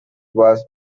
was